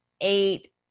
eight